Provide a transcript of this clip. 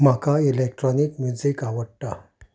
म्हाका electronic music आवडटा